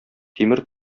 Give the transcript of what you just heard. тимер